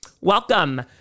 Welcome